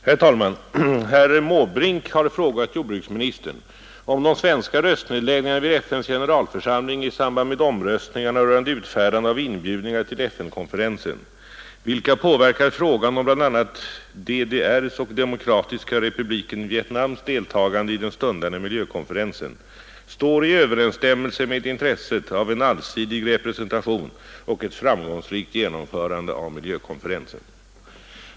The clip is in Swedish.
Herr talman! Herr Måbrink har frågat jordbruksministern om de svenska röstnedläggningarna vid FN:s generalförsamling i samband med omröstningarna rörande utfärdande av inbjudningar till FN-konferensen, vilka påverkar frågan om bl.a. DDR:s och Demokratiska republiken Vietnams deltagande i den stundande miljökonferensen, står i överensstämmelse med intresset av en allsidig representation och ett framgångsrikt genomförande av miljökonferensen.